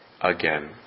again